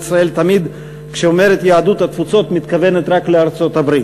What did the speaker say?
ישראל תמיד כשהיא אומרת "יהדות התפוצות" היא מתכוונת רק לארצות-הברית.